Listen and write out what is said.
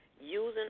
using